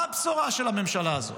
מה הבשורה של הממשלה הזאת?